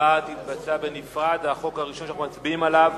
ההצבעה תתבצע בנפרד על החוק הראשון שאנחנו מצביעים עליו,